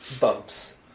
bumps